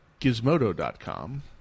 Gizmodo.com